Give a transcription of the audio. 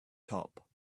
top